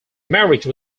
marriage